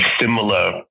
similar